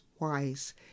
wise